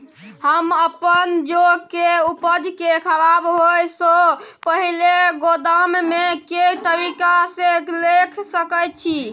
हम अपन जौ के उपज के खराब होय सो पहिले गोदाम में के तरीका से रैख सके छी?